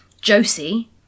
Josie